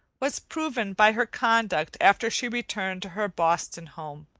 was proven by her conduct after she returned to her boston home.